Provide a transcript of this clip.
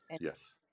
Yes